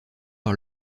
par